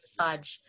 massage